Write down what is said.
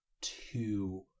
two